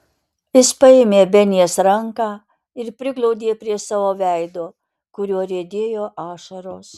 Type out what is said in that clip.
jis paėmė benės ranką ir priglaudė prie savo veido kuriuo riedėjo ašaros